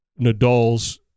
Nadal's